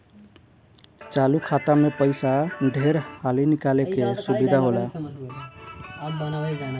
चालु खाता मे पइसा ढेर हाली निकाले के सुविधा होला